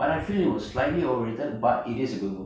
but I feel it is slightly overrated but it is a good movie